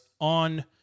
on